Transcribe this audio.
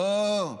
לא.